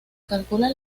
calcula